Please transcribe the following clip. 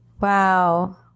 Wow